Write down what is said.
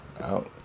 out